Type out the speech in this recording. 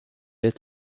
est